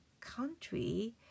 country